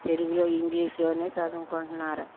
తెలుగులో ఇంగ్లీషులోనే చదువుకుంటున్నారు